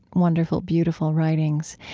wonderful, beautiful writings.